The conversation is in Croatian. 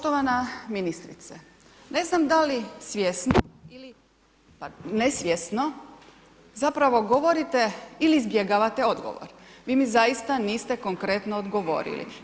Poštovana ministrice, ne znam da li svjesno ili nesvjesno zapravo govorite ili izbjegavate odgovor, vi mi zaista niste konkretno odgovorili.